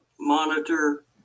monitor